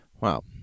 Wow